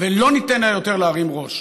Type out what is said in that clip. ולא ניתן לה יותר להרים ראש.